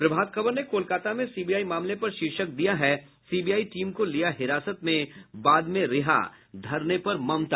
प्रभात खबर ने कोलकाता में सीबीआई मामले पर शीर्षक दिया है सीबीआई टीम को लिया हिरासत में बाद में रिहा धरने पर ममता